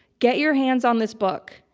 get your hands on this book.